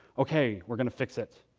okay, we're going to fix it.